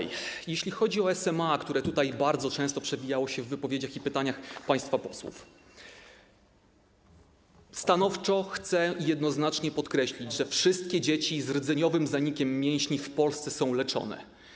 Jeśli chodzi o SMA, które bardzo często przewijało się w wypowiedziach i pytaniach państwa posłów, stanowczo i jednoznacznie chcę podkreślić, że wszystkie dzieci z rdzeniowym zanikiem mięśni w Polsce są leczone.